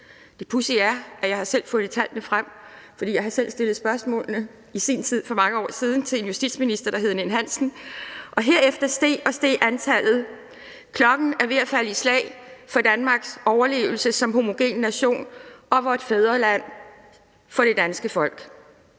Det pudsige er, at jeg selv har fundet tallene frem, fordi jeg selv i sin tid for mange år siden har stillet spørgsmål til en justitsminister, der hed Erik Ninn-Hansen. Og herefter steg og steg antallet. Klokken er ved at falde i slag for Danmarks overlevelse som homogen nation, for vort fædreland, for det danske folk.